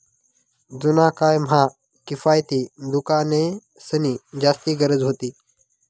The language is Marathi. जुना काय म्हा किफायती दुकानेंसनी जास्ती गरज व्हती